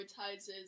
prioritizes